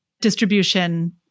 Distribution